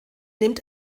nimmt